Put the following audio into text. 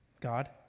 God